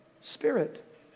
spirit